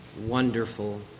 wonderful